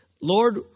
Lord